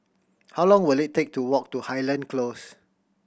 how long will it take to walk to Highland Close